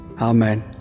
Amen